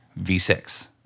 V6